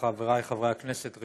חבריי חברי הכנסת,